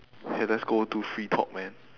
okay let's go to free talk man